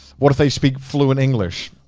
what if they speak fluent english?